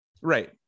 Right